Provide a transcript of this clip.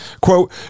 quote